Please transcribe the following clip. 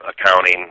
accounting